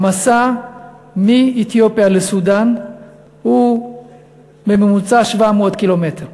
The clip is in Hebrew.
המסע מאתיופיה לסודאן הוא בממוצע 700 קילומטר.